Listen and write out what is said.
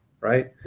right